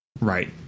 Right